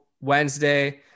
Wednesday